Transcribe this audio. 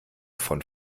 von